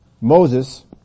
Moses